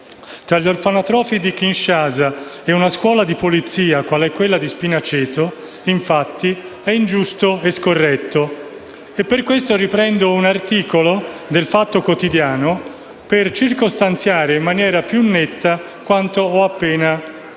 tra gli orfanotrofi di Kinshasa e una scuola di polizia, quale quella di Spinaceto, infatti, è ingiusto e scorretto. A tal proposito riprendo un articolo apparso sul giornale "il Fatto Quotidiano", per circostanziare in maniera più netta quanto ho appena asserito.